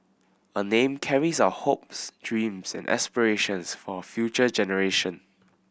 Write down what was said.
a name carries our hopes dreams and aspirations for future generation